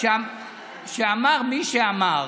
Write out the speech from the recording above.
שאמר מי שאמר,